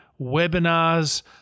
webinars